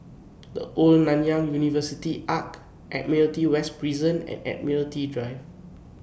The Old Nanyang University Arch Admiralty West Prison and Admiralty Drive